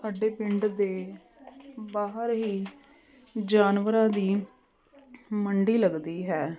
ਸਾਡੇ ਪਿੰਡ ਦੇ ਬਾਹਰ ਹੀ ਜਾਨਵਰਾਂ ਦੀ ਮੰਡੀ ਲੱਗਦੀ ਹੈ